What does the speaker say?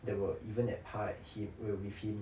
that were even at par at hi~ err with him